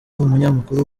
umunyamakuru